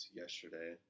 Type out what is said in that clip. yesterday